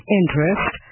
interest